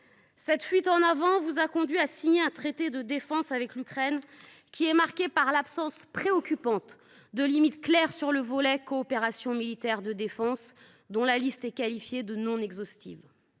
Cette fuite en avant vous a conduit à signer un traité de défense avec l’Ukraine qui est marqué par l’absence préoccupante de limites claires sur le volet Coopération militaire et de défense, la liste des domaines visés étant qualifiée de « non exhaustive